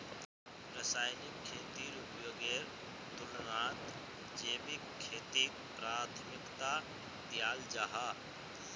रासायनिक खेतीर उपयोगेर तुलनात जैविक खेतीक प्राथमिकता दियाल जाहा